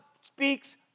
speaks